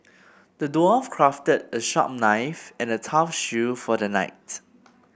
the dwarf crafted a sharp knife and a tough shield for the knight